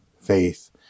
faith